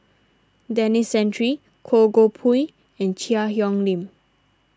Denis Santry Koh Goh Pui and Cheang Hong Lim